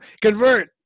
convert